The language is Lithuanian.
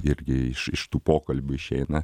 irgi iš iš tų pokalbių išeina